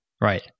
Right